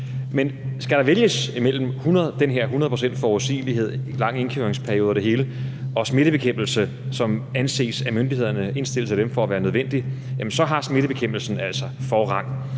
Men skal der vælges imellem den her hundrede procent forudsigelighed og lang indkøringsperiode og det hele og smittebekæmpelse, som af myndighederne indstilles som værende nødvendig, så har smittebekæmpelsen altså forrang.